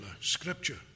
scripture